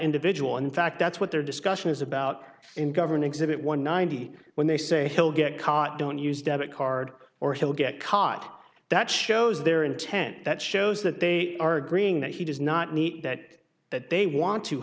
individual in fact that's what their discussion is about and govern exhibit one ninety when they say he'll get caught don't use debit card or he'll get caught that shows their intent that shows that they are agreeing that he does not meet that that they want to